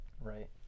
right